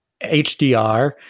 HDR